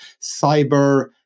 Cyber